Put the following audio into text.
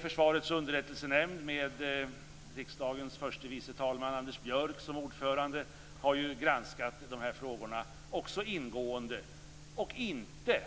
Försvarets underrättelsenämnd med riksdagens förste vice talman Anders Björck som ordförande har ju också granskat de här frågorna ingående och inte